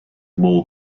more